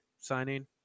signing